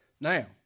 Now